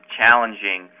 challenging